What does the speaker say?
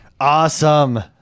Awesome